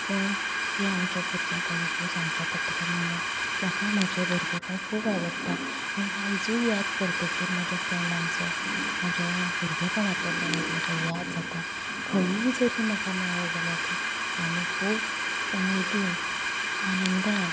पूण हे आमचे भुरगे काही सांगचे पडटले म्हणून म्हाका म्हाजें भुरगेंपण खूब आवडटा आनी आयजूय याद करतगीर म्हाज्या फ्रेंडांचो म्हाज्या भुरगेंपणांतल्या फ्रेंडांचो म्हाका याद जाता खंयूय जरी म्हाका मेळ्ळें जाल्यार आमी खूब उमेदीन आनंदान